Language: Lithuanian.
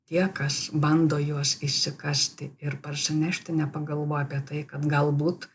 tie kas bando juos išsikasti ir parsinešti nepagalvojo apie tai kad galbūt